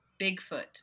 Bigfoot